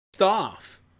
off